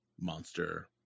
monster